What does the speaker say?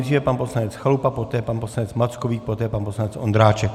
Nejdříve pan poslanec Chalupa, poté pan poslanec Mackovík, poté pan poslanec Ondráček.